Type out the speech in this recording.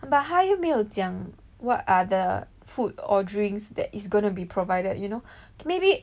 but 他又没有讲 what are the food or drinks that is going to be provided you know maybe